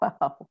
Wow